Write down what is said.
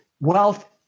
wealth